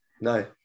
no